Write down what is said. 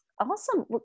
Awesome